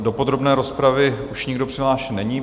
Do podrobné rozpravy už nikdo přihlášen není.